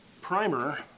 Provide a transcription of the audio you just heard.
primer